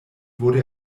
wurde